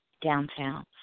downtown